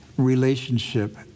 relationship